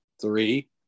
Three